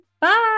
Bye